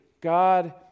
God